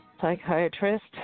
psychiatrist